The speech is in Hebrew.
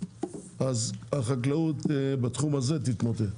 אז החקלאות בתחום הזה תתמוטט,